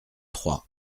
trois